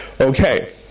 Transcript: Okay